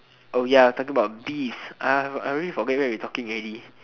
oh ya talking about beefs I I already forgot where we talking already